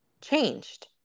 changed